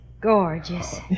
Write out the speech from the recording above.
gorgeous